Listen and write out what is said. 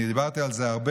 אני דיברתי על זה הרבה,